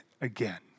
again